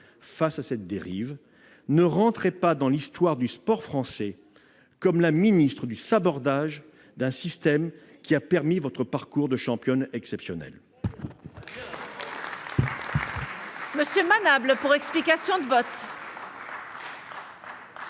face à cette dérive : ne rentrez pas dans l'histoire du sport français comme la ministre du sabordage d'un système qui a permis votre parcours exceptionnel